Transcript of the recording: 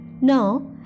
Now